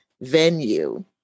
venue